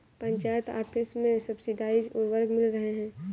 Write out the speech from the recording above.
panchayat office में subsidised उर्वरक मिल रहे हैं